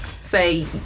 say